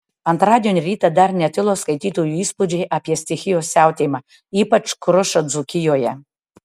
antradienio rytą dar netilo skaitytojų įspūdžiai apie stichijos siautėjimą ypač krušą dzūkijoje